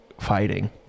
fighting